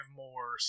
more